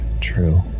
True